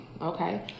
okay